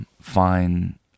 fine